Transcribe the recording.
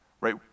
Right